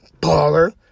baller